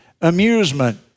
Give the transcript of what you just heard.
amusement